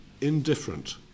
indifferent